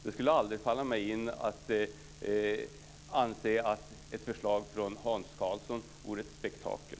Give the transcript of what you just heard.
Det skulle aldrig falla mig in att anse att ett förslag från Hans Karlsson är ett spektakel.